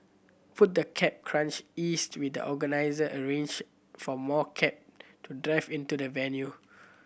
put the cab crunch eased when the organizer arranged for more cab to drive into the venue